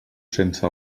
sense